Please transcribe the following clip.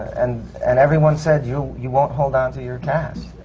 and and everyone said, you you won't hold onto your cast,